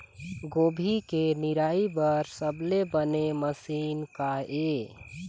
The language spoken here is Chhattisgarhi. गोभी के निराई बर सबले बने मशीन का ये?